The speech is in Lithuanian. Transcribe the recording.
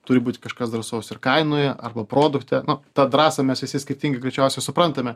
turi būti kažkas drąsos ir kainoje arba produkte nu tą drąsą mes visi skirtingi greičiausiai suprantame